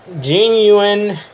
genuine